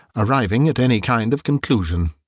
arriving at any kind of conclusion.